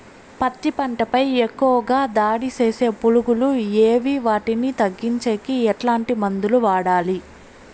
పత్తి పంట పై ఎక్కువగా దాడి సేసే పులుగులు ఏవి వాటిని తగ్గించేకి ఎట్లాంటి మందులు వాడాలి?